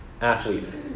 athletes